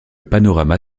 panorama